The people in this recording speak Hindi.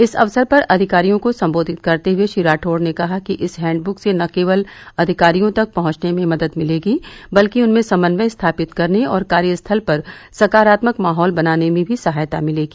इस अवसर पर अधिकारियों को संबोधित करते हुए श्री राठौड़ ने कहा कि इस हैंडबुक से न केवल अधिकारियों तक पहुंचने में मदद मिलेगी बल्कि उनमें समन्वय स्थापित करने और कार्यस्थल पर सकारात्मक माहौल बनाने में भी सहायता मिलेगी